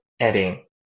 adding